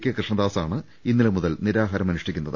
K കൃഷ്ണദാസാണ് ഇന്നലെ മുതൽ നിരാഹാരമനുഷ്ഠിക്കുന്നത്